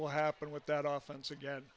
will happen with that often it's again